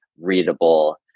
readable